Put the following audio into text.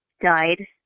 died